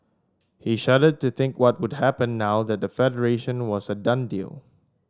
he shuddered to think what would happen now that the Federation was a done deal